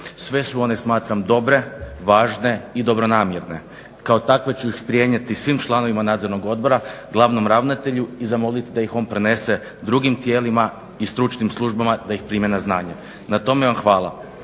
sve su one smatram dobre, važne i dobronamjerne. Kao takve ću ih prenijeti svim članovima nadzornog odbora, glavnom ravnatelju i zamolit ih da ih on prenese drugim tijelima i stručnim službama da ih prime na znanje. Na tome vam hvala.